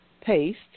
Paste